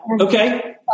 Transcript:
Okay